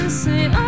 say